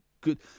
good